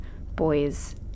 boy's